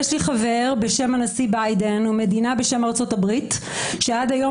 יש לי חבר בשם הנשיא ביידן ומדינה בשם ארצות הברית שעד היום